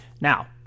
Now